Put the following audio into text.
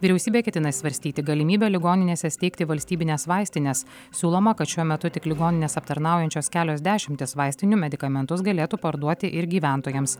vyriausybė ketina svarstyti galimybę ligoninėse steigti valstybines vaistines siūloma kad šiuo metu tik ligonines aptarnaujančios kelios dešimtys vaistinių medikamentus galėtų parduoti ir gyventojams